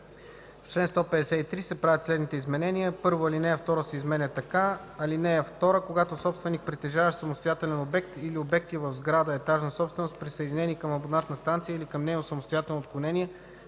В чл. 153 се правят следните изменения: 1. Алинея 2 се изменя така: „(2) Когато собственик, притежаващ самостоятелен обект или обекти в сграда – етажна собственост, присъединен/ни към абонатна станция или към нейно самостоятелно отклонение,